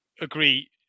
agree